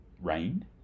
rain